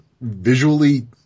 visually